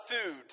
food